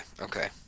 okay